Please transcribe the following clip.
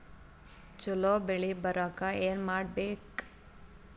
ಛಲೋ ಬೆಳಿ ಬರಾಕ ಏನ್ ಮಾಡ್ಬೇಕ್?